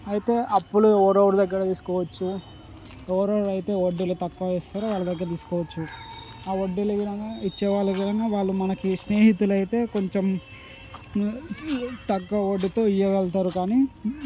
అయితే అప్పులు ఎవరెవరి దగ్గర తీసుకోవచ్చు ఎవరెవరు అయితే వడ్డీలు తక్కువ చేస్తారో వాళ్ళ దగ్గర తీసుకోవచ్చు ఆ వడ్డీలు గినంగా ఇచ్చేవాళ్ళు గినంగా వాళ్ళు మనకి స్నేహితులైతే కొంచెం తక్కువ వడ్డీతో ఇవ్వగలుతారు కానీ